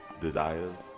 desires